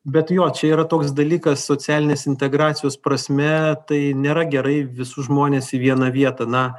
bet jo čia yra toks dalykas socialinės integracijos prasme tai nėra gerai visus žmones į vieną vietą na